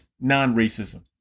non-racism